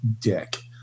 dick